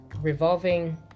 revolving